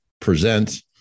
present